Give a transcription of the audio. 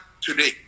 today